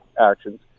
actions